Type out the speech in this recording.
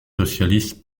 socialistes